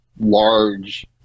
large